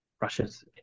Russia's